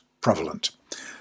Prevalent